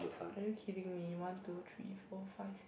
are you kidding me one two three four five six